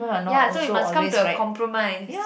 ya so you must come to a compromise